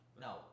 No